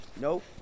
Nope